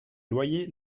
loyers